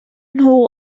nhw